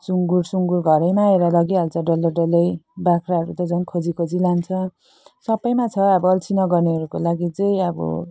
सुँगुर सुँगुर घरैमा आएर लगिहाल्छ डल्लै डल्लै बाख्राहरू त झन् खोजी खोजी लान्छ सबैमा छ अब अल्छी नगर्नेहरूको लागि चाहिँ अब